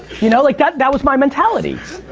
you know like that that was my mentality.